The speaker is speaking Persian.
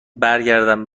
برگردم